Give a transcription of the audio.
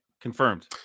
Confirmed